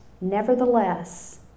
Nevertheless